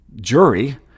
jury